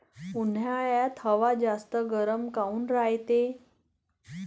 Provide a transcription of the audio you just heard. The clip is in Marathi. उन्हाळ्यात हवा जास्त गरम काऊन रायते?